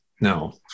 no